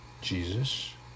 Jesus